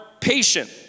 patient